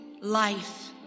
life